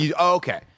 Okay